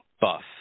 buff